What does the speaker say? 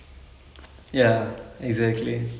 ya using underhanded way to do it